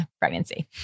pregnancy